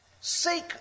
seek